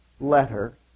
letter